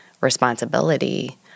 responsibility